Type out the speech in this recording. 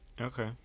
okay